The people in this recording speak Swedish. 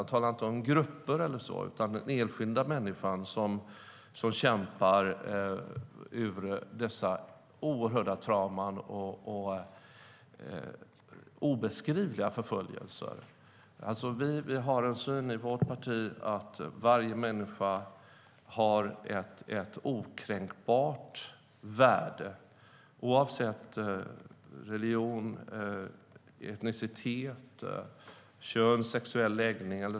Jag talar inte om grupper utan om den enskilda människan som kämpar sig ur dessa oerhörda trauman och obeskrivliga förföljelser.I vårt parti har vi synen att varje människa har ett okränkbart värde, oavsett religion, etnicitet, kön eller sexuell läggning.